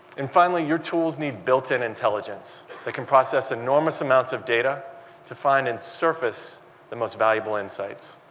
and finally, your tools need built-in intelligence that can process enormous amounts of data to find and surface the most valuable invites.